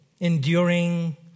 enduring